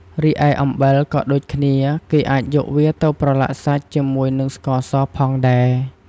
រីឯអំបិលក៏ដូចគ្នាគេអាចយកវាទៅប្រឡាក់សាច់ជាមួយនិងស្ករសផងដែរ។